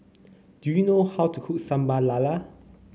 do you know how to cook Sambal Lala